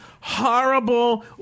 horrible